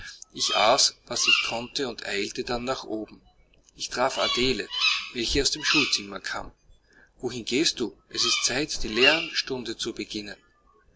ich aß was ich konnte und eilte dann nach oben ich traf adele welche aus dem schulzimmer kam wohin gehst du es ist zeit die lehrstunden zu beginnen